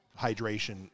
hydration